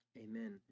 Amen